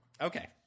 Okay